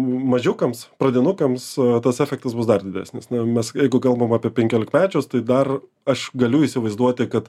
mažiukams pradinukams tas efektas bus dar didesnis nu mes jeigu kalbam apie penkiolikmečius tai dar aš galiu įsivaizduoti kad